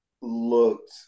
looked